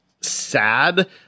sad